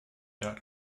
dot